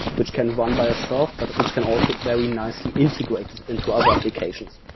which can run by itself but which can also very nicely integrated into other applications.